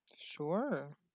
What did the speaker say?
sure